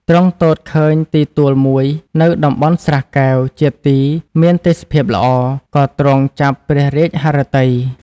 ទ្រង់ទតឃើញទីទួលមួយនៅតំបន់ស្រះកែវ ជាទីមានទេសភាពល្អ ក៏ទ្រង់ចាប់ព្រះរាជហឫទ័យ